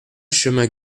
chemin